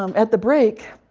um at the break,